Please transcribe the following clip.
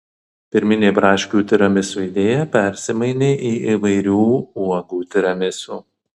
pirminė braškių tiramisu idėja persimainė į įvairių uogų tiramisu